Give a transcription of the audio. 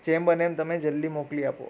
જેમ બને એમ તમે જલ્દી મોકલી આપો